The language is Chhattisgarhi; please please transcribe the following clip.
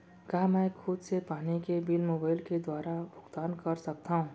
का मैं खुद से पानी के बिल मोबाईल के दुवारा भुगतान कर सकथव?